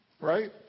Right